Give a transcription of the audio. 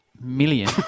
million